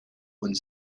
und